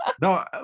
No